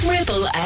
Ripple